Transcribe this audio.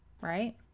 right